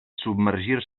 submergir